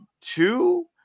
Two